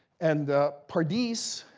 and pardis,